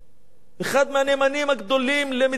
אחד מהנאמנים הגדולים למדינת ישראל,